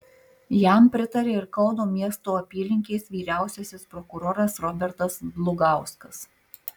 jam pritarė ir kauno miesto apylinkės vyriausiasis prokuroras robertas dlugauskas